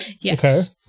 Yes